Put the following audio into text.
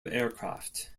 aircraft